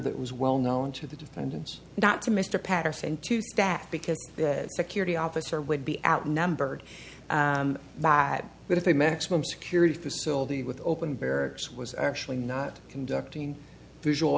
that was well known to the defendants not to mr patterson to staff because the security officer would be outnumbered that if a maximum security facility with open barracks was actually not conducting visual